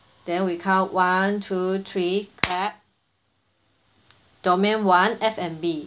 then we count one two three clap domain one F&B